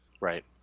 Right